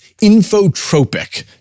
infotropic